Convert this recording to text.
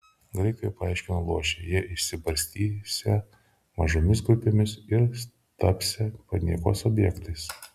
graikijoje paaiškino luošiai jie išsibarstysią mažomis grupėmis ir tapsią paniekos objektais